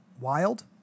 wild